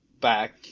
back